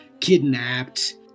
kidnapped